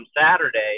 Saturday